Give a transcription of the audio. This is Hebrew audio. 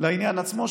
לעניין עצמו,